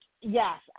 Yes